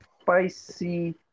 spicy